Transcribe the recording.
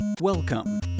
Welcome